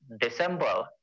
December